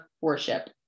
worship